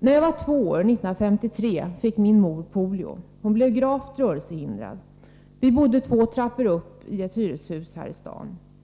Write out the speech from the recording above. När jag var två år, år 1953, fick min mor polio. Hon blev gravt rörelsehindrad. Vi bodde två trappor upp i ett hyreshus här i staden.